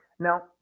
Now